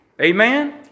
Amen